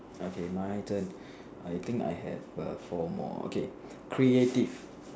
okay my turn I think I have four more okay creative